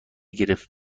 گرفت